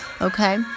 okay